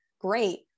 Great